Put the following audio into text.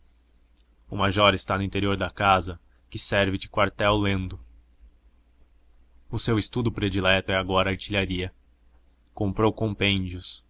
o major está no interior da casa que serve de quartel lendo o seu estudo predileto é agora artilharia comprou compêndios